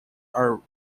are